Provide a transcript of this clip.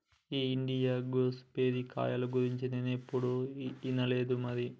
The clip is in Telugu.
ఈ ఇండియన్ గూస్ బెర్రీ కాయల గురించి నేనేప్పుడు ఇనలేదు మరి